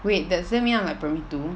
wait does that mean I'm like primary two